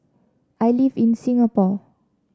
I live in Singapore